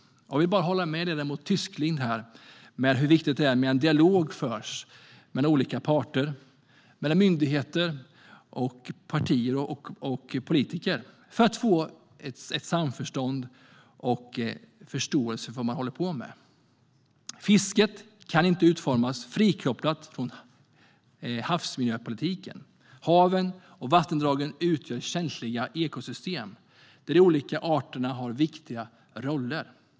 Jag vill här hålla med ledamoten Tysklind om hur viktigt det är med att det förs en dialog mellan olika parter, myndigheter, partier och politiker för att få ett samförstånd och en förståelse för vad man håller på med. Fisket kan inte utformas frikopplat från havsmiljöpolitiken. Haven och vattendragen utgör känsliga ekosystem där de olika arterna har viktiga roller.